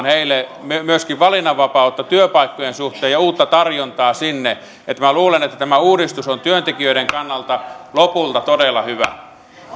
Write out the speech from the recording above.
heille myöskin valinnanvapautta työpaikkojen suhteen ja uutta tarjontaa sinne että luulen että tämä uudistus on työntekijöiden kannalta lopulta todella hyvä